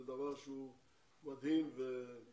זה דבר שהוא מדהים והזוי.